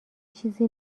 چیزی